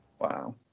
Wow